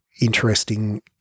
interesting